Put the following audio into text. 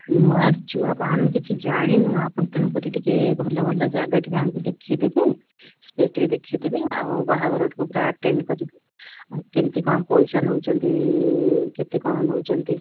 ନୂଆ ଆସିଛୁ ଆମେ କିଛି ଜାଣିନୁ ଆପଣ ତେଣୁ କରି ଟିକେ ଭଲ ଭଲ ଜାଗା ଟିକେ ଆମକୁ ଦେଖାଇ ଦେବେ ଜାଗା ଟିକେ ଦେଖାଇ ଦେବେ ଆଉ ବାହାଘର ପୁରା ଆଟେଣ୍ଡ କେମିତି କ'ଣ ପଇସା ନେଉଛନ୍ତି କେତେ କ'ଣ ନେଉଛନ୍ତି